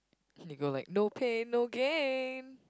they go like no pain no gain